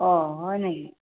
অঁ হয় নেকি